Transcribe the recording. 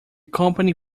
company